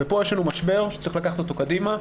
ופה יש לנו משבר שצריך לקחת אותו קדימה.